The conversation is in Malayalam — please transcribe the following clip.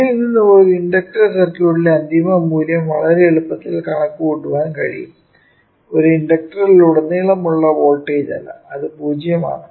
ഇവയിൽ നിന്നും ഒരു ഇൻഡക്റ്റർ സർക്യൂട്ടിലെ അന്തിമ മൂല്യങ്ങൾ വളരെ എളുപ്പത്തിൽ കണക്കുകൂട്ടാൻ കഴിയും ഒരു ഇൻഡക്റ്ററിലുടനീളമുള്ള വോൾട്ടേജില്ല അത് പൂജ്യമാണ്